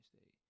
State